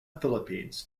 philippines